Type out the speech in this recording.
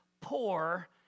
poor